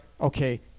okay